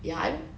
ya I'm